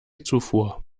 zufuhr